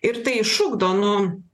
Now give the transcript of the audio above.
ir tai išugdo nu